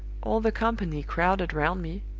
all the company crowded round me,